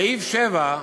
בסעיף (7)